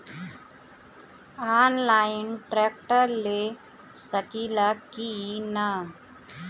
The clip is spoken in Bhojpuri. आनलाइन ट्रैक्टर ले सकीला कि न?